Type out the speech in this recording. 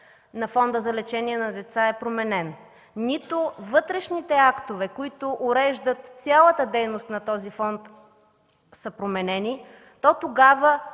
на Фонда за лечение на деца е променен, нито вътрешните актове, които уреждат цялата дейност на този фонд, са променени, то тогава